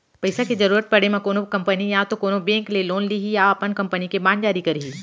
पइसा के जरुरत पड़े म कोनो कंपनी या तो कोनो बेंक ले लोन लिही या अपन कंपनी के बांड जारी करही